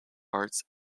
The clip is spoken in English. arts